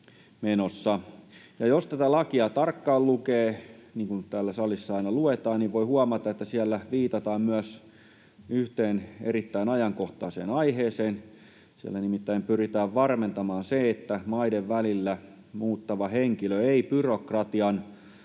jos tätä lakia tarkkaan lukee — niin kuin täällä salissa aina luetaan — voi huomata, että siellä viitataan myös yhteen erittäin ajankohtaiseen aiheeseen. Siellä nimittäin pyritään varmentamaan se, että maiden välillä muuttava henkilö ei byrokratian